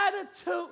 attitude